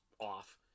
off